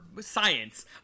science